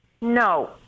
No